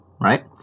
right